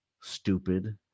stupid